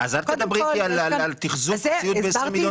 אז אל תדברי איתי על תחזוקת ציוד ב-20 מיליון